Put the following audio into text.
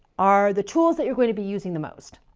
are the tools that you're going to be using the most,